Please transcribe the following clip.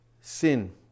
Sin